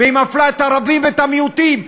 והיא מפלה את הערבים ואת המיעוטים.